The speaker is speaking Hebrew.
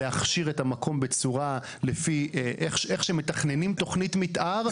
להכשיר את המקום בצורה שהיא לפי איך שמתכננים תוכנית מתאר,